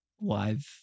live